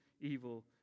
evil